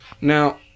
Now